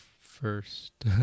first